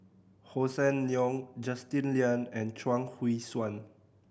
Hossan Leong Justin Lean and Chuang Hui Tsuan